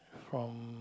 from